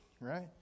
right